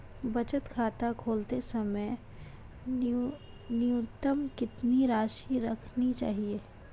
बचत खाता खोलते समय न्यूनतम कितनी राशि रखनी चाहिए?